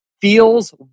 feels